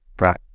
right